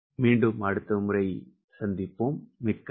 மிக்க நன்றி